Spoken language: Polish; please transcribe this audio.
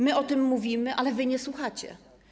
My o tym mówimy, ale wy nie słuchacie.